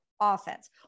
offense